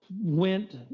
went